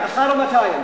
קלפי, אחת או 200?